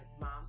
Mom